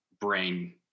brain